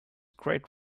great